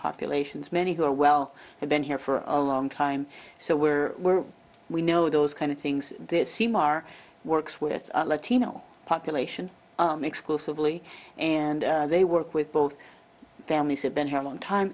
populations many who are well have been here for a long time so we're we're we know those kind of things there seem are works with the latino population exclusively and they work with both families who've been here a long time